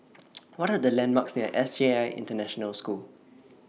What Are The landmarks near S J I International School